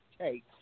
take